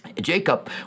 Jacob